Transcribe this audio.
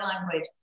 language